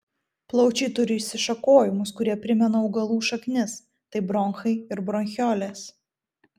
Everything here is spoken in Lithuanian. plaučiai turi išsišakojimus kurie primena augalų šaknis tai bronchai ir bronchiolės